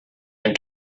dem